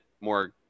more